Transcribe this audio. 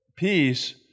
Peace